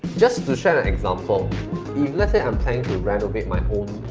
just to share an example, if let's say i'm planning to renovate my own